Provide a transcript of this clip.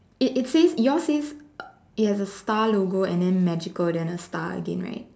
it it says yours say it has a star logo and then magical then a star again right